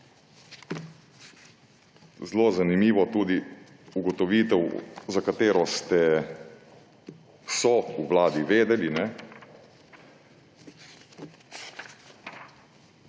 zelo zanimivo tudi ugotovitev, za katero so v vladi vedeli.